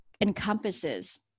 encompasses